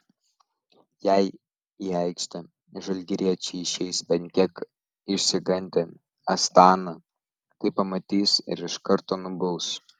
jei į aikštę žalgiriečiai išeis bent kiek išsigandę astana tai pamatys ir iš karto nubaus